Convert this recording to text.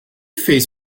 fez